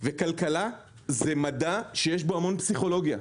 וכלכלה זה מדע שיש בו המון פסיכולוגיה.